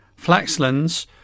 Flaxlands